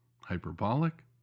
Hyperbolic